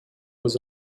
was